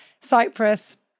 Cyprus